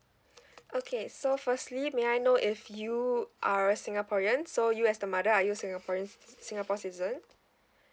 okay so firstly may I know if you are a singaporean so you as the mother are you a singaporean singapore citizen